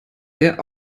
sehr